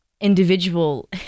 individual